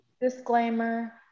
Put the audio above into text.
Disclaimer